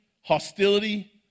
hostility